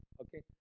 Okay